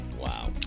Wow